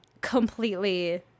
completely